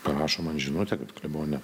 parašo man žinutę kad klebone